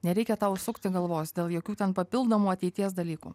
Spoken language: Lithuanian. nereikia tau sukti galvos dėl jokių ten papildomų ateities dalykų